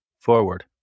forward